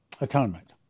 atonement